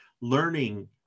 learning